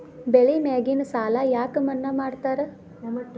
ಬೆಳಿ ಮ್ಯಾಗಿನ ಸಾಲ ಯಾಕ ಮನ್ನಾ ಮಾಡ್ತಾರ?